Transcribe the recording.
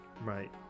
Right